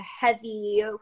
heavy